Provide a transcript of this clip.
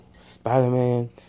Spider-Man